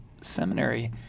seminary